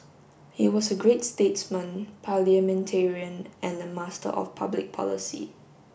he was a great statesman parliamentarian and a master of public policy